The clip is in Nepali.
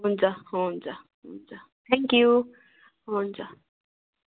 हुन्छ हुन्छ हुन्छ थ्याङ्कयु हुन्छ